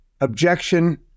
objection